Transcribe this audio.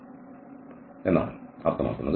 എന്നാണ് അർത്ഥമാക്കുന്നത്